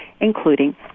including